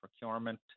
procurement